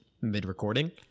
mid-recording